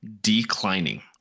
declining